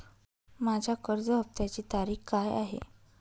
माझ्या कर्ज हफ्त्याची तारीख काय आहे?